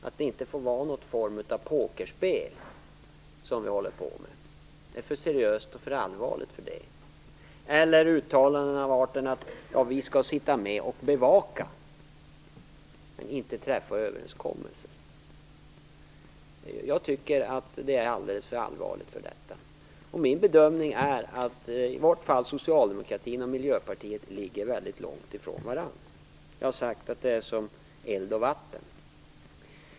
Det får inte vara en form av pokerspel som vi håller på med. Det här är för allvarligt för det. Det gäller också uttalanden av arten: Vi skall sitta med och bevaka, men inte träffa överenskommelser. Än en gång säger jag att jag tycker att det här är alldeles för allvarligt för det. Min bedömning är att i varje fall Socialdemokraterna och Miljöpartiet ligger väldigt långt från varandra. Jag har sagt att vi är som eld och vatten.